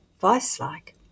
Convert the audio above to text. vice-like